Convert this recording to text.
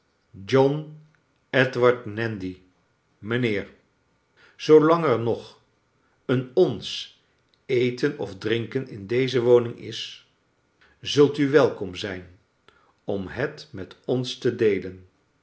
john edward nandy mijnheer zooolang er nog een ons eten of drinken in deze woning is zult u welkom zijn om het met ons te deelen